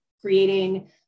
creating